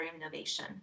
innovation